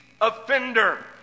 offender